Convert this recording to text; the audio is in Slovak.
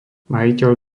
majiteľ